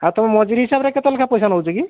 ଆଉ ତୁମେ ମଜୁରି ହିସାବରେ କେତେ ଲେଖା ପଇସା ନେଉଛ କି